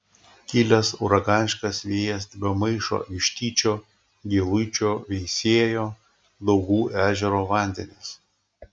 kilęs uraganiškas vėjas tebemaišo vištyčio giluičio veisiejo daugų ežero vandenis